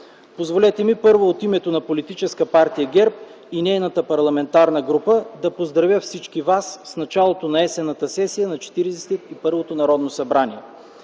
Позволете ми първо от името на политическа партия ГЕРБ и нейната Парламентарната група да поздравя всички вас с началото на Есенната сесия на Четиридесет и първото Народно събрание.